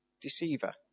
deceiver